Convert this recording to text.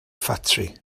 ffatri